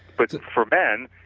but for men,